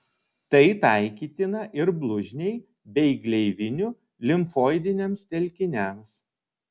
tai taikytina ir blužniai bei gleivinių limfoidiniams telkiniams